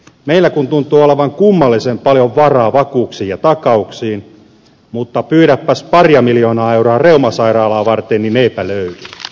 meillä tuntuu olevan kummallisen paljon varaa vakuuksiin ja takauksiin mutta pyydäpäs paria miljoonaa euroa reumasairaalaa varten niin eipä löydy